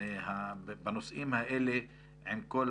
בנושאים האלה עם כל